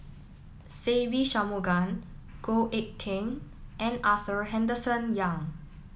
Se Ve Shanmugam Goh Eck Kheng and Arthur Henderson Young